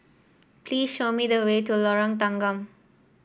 please show me the way to Lorong Tanggam